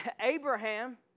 Abraham